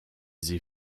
sie